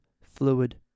fluid